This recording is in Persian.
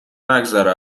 نگذره